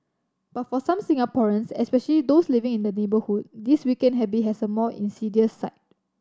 but for some Singaporeans especially those living in the neighbourhood this weekend habit has a more insidious side